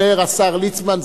אומר השר ליצמן,